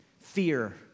fear